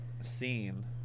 scene